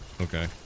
Okay